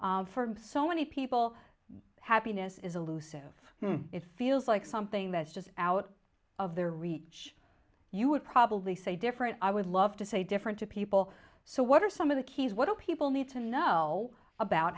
for so many people happiness is allusive it feels like something that's just out of their reach you would probably say different i would love to say different to people so what are some of the key is what do people need to know about